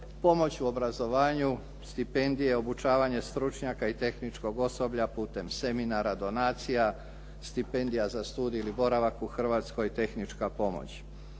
pomoć u obrazovanju, stipendija, obučavanje stručnjaka i tehničkog osoblja putem seminara, donacija, stipendija za studij ili boravak u Hrvatskoj, tehnička pomoć.